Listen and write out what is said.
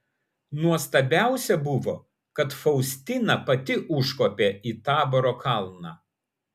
nuostabiausia buvo kad faustina pati užkopė į taboro kalną